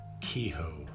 Kehoe